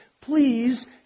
please